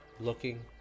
looking